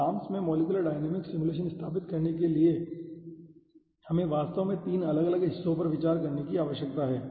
अब LAMMPS में molecular dynamics simulation स्थापित करने के लिए हमें वास्तव में 3 अलग अलग हिस्सों पर विचार करने की आवश्यकता है